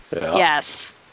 Yes